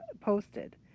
posted